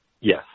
Yes